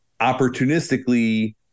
opportunistically